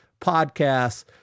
podcasts